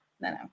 No